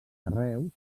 carreus